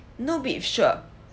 no beef sure